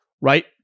right